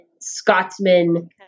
Scotsman